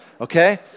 okay